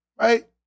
right